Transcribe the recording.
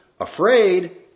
afraid